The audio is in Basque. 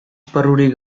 esparrurik